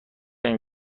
این